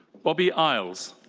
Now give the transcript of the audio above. bobby iles.